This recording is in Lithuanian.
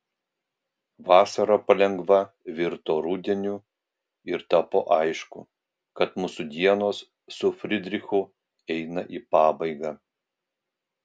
vasara palengva virto rudeniu ir tapo aišku kad mūsų dienos su fridrichu eina į pabaigą